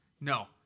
no